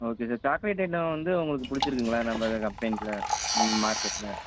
okay sir chocolate item வந்து உங்களுக்கு பிடிச்சிருக்குங்களா நம்ம அப்ளையன்ஸில் மார்க்கெட்டில்